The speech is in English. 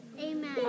Amen